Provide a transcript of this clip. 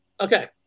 Okay